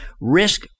risk